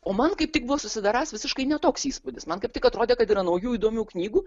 o man kaip tik buvo susidarąs visiškai ne toks įspūdis man kaip tik atrodė kad yra naujų įdomių knygų